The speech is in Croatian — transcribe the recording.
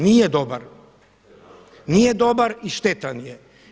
Nije dobar, nije dobar i štetan je.